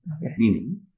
Meaning